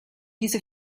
diese